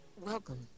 welcome